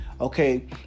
okay